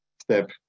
step